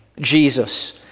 jesus